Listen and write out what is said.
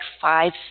five